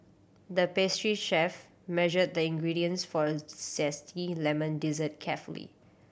the pastry chef measured the ingredients for a zesty lemon dessert carefully